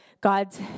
God's